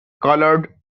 coloured